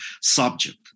subject